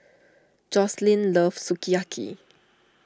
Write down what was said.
Joslyn loves Sukiyaki